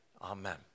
Amen